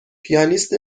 پیانیست